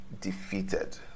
defeated